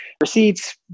receipts